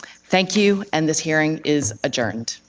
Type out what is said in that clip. thank you, and this hearing is adjourned.